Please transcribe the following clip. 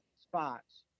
spots